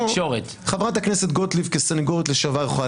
חברת הכנסת גוטליב כסנגורית לשעבר יכולה